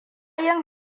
yin